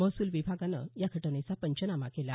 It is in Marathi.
महसूल विभागानं या घटनेचा पंचनामा केला